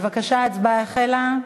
בבקשה, ההצבעה החלה.